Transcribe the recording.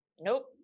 Nope